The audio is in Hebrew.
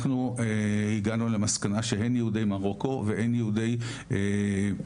אנחנו הגענו למסקנה שהן יהודי מרוקו והן יהודי עירק,